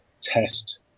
test